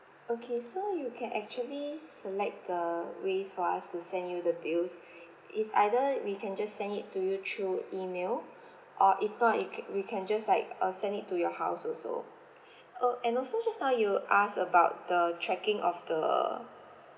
okay so you can actually select the ways for us to send you the bills it's either we can just send it to you through email or if not it ca~ we can just like uh send it to your house also uh and also just now you ask about the tracking of the